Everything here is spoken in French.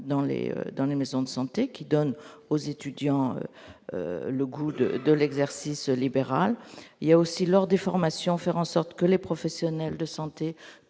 dans les maisons de santé qui donne aux étudiants le goût de de l'exercice libéral, il y a aussi lors des formations, faire en sorte que les professionnels de santé,